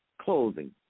clothing